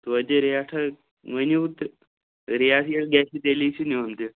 توتہِ ریٹہ ؤنِو تہٕ ریٹ ییٚلہِ گژھِ تیٚلی چھُ نیُٚن تہِ